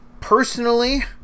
personally